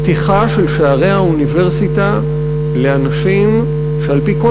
פתיחה של שערי האוניברסיטה לאנשים שעל-פי כל